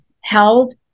held